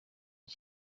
cye